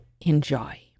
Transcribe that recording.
enjoy